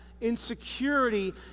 insecurity